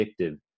addictive